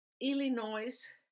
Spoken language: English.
Illinois